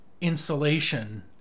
insulation